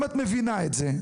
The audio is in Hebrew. אם את מבינה את זה,